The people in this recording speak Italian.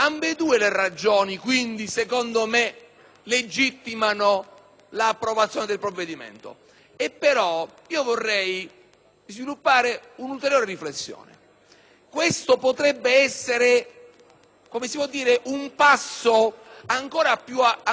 però vorrei sviluppare un'ulteriore riflessione. Questo potrebbe essere, per così dire, un passo ancora più coraggioso da parte del nostro Paese per costruire una politica